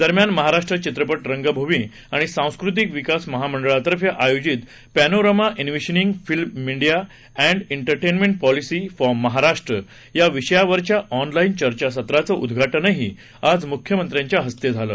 दरम्यान महाराष्ट्र चित्रपट रंगभूमी आणि सांस्कृतिक विकास महामंडळातर्फे आयोजित पत्तीरमा envisioning film media and entertainment policy for Maharashtra या विषयावरच्या ऑनलाईन चर्चासत्राचं उद्घाटनही आज मुख्यमंत्र्यांच्या हस्ते झालं